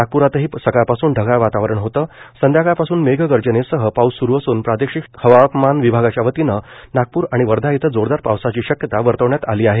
नागप्रातही सकाळ पासून ढगाळ वातावरण होतं संध्याकाळ पासून मेघगर्जनेसह पाऊस सूरु असून प्रादेशिक हवामान विभागाच्या वतीनं नागपूर आणि वर्धा इथं जोरदार पावसाची शक्यता वर्तवली आहे